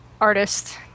artist